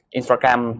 Instagram